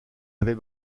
avait